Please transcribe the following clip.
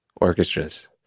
orchestras